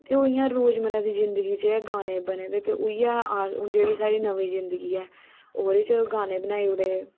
ते ओह् इयां रोजमर्रा दी जिंदगी च एह् गाने बने दे ते उयै अस हुन जेह्ड़ी साढ़ी नमीं जिंदगी ऐ ओह्दे च गाने बनाई ओड़े दे